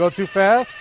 so to fast?